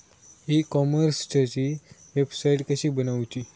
E कॉमर्सची website कशी बनवची?